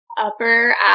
upper